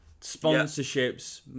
sponsorships